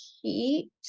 heat